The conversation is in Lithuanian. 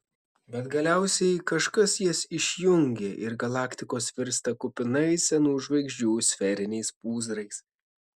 bet galiausiai kažkas jas išjungia ir galaktikos virsta kupinais senų žvaigždžių sferiniais pūzrais